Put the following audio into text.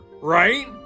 right